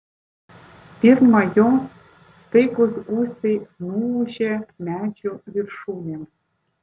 pirma jo staigūs gūsiai nuūžė medžių viršūnėm